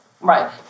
Right